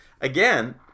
again